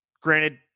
Granted